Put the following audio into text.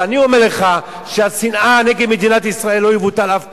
אבל אני אומר לך שהשנאה נגד מדינת ישראל לא תבוטל אף פעם.